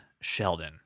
Sheldon